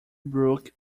brook